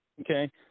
Okay